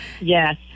Yes